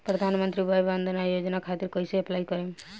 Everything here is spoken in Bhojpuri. प्रधानमंत्री वय वन्द ना योजना खातिर कइसे अप्लाई करेम?